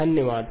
धन्यवाद